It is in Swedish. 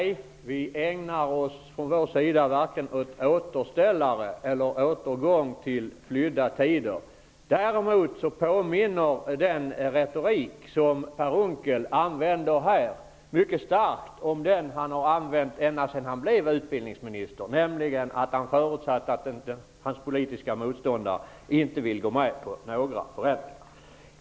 Herr talman! Nej, vi ägnar oss varken åt återställare eller återgång till flydda tider. Däremot påminner den retorik som Per Unckel här använder mycket starkt om den han har använt ända sedan han blev utbildningsminister, nämligen när han förutsätter att hans politiska motståndare inte vill gå med på några förändringar.